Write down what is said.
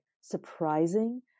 surprising